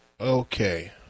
okay